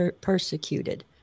persecuted